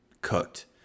cooked